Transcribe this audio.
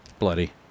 Bloody